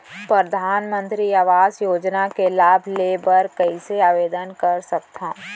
परधानमंतरी आवास योजना के लाभ ले बर कइसे आवेदन कर सकथव?